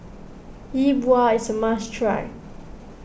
Yi Bua is a must try